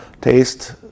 taste